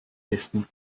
distant